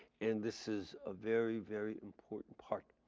and this is a very very important part.